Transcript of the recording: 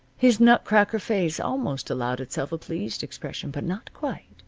his nut-cracker face almost allowed itself a pleased expression but not quite.